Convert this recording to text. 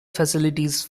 facilities